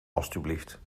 alstublieft